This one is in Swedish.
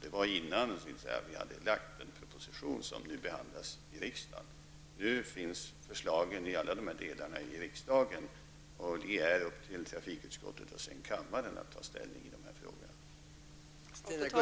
Det var innan regeringen hade lagt den proposition som nu behandlas i riksdagen. Nu finns förslagen i alla delarna i riksdagen, och det är sedan trafikutskottet och kammaren som får ta ställning till förslagen.